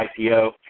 ipo